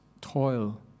toil